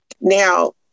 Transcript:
Now